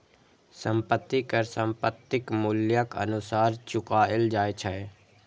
संपत्ति कर संपत्तिक मूल्यक अनुसार चुकाएल जाए छै